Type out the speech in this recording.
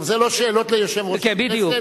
זה לא שאלות ליושב-ראש הכנסת,